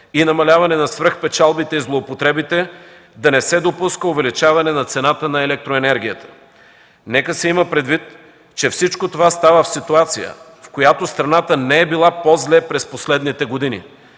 и намаляване на свръхпечалбите и злоупотребите да не се допуска увеличаване на цената на електроенергията. Нека се има предвид, че всичко това става в ситуация, в която страната не е била по-зле през последните години